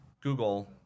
Google